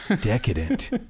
Decadent